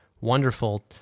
wonderful